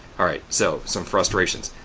all right, so, some frustrations.